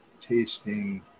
tasting